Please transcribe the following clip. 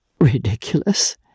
Ridiculous